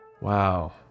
Wow